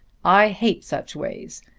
i hate such ways.